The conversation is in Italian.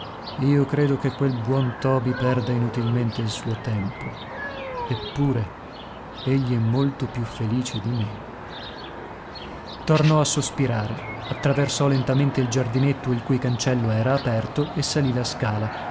io credo che quel buon toby perda inutilmente il suo tempo eppure egli è molto più felice di me tornò a sospirare attraversò lentamente il giardinetto il cui cancello era aperto e salì la scala